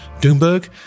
Doomberg